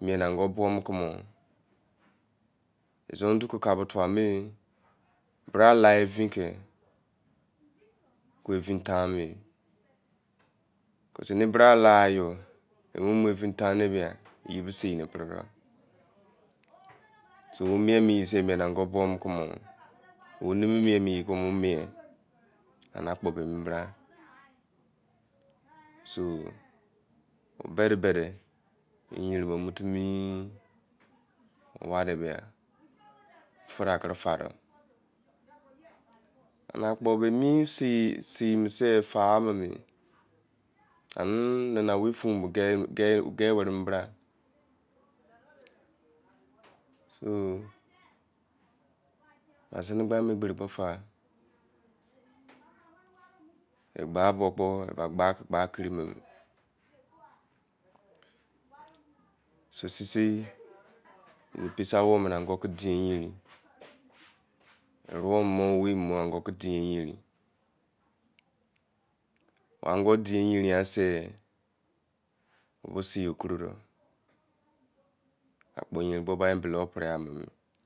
nuieme ka an-go bu mu-kumor izon fu ke kara fua mern ala vain ke vain ka me, reni bra la-a yor ke vain tain yo bie seimu pere-de so ene mie mene ye sen mie an-go pere kumor, mien fuo mene ye sei mien, ene kpo emi bra so, bede te yain nu timi wa-de bia fai frere fa-do, ena sei fa- mene ene nana owui fau-ka gei tuwa wereani bra, ba gba mene gberi kpo-fa, gbekpo ikpo gba, gba kiri mene, ene posi awun ke an-go di yerin owei- eyoro an-go ke di yarin, ane go di yarin atain sie, ke sei la koro doo